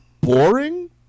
boring